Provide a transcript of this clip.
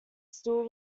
still